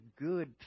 good